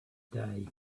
day